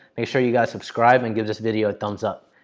make sure you guys subscribe. and give this video a thumbs up.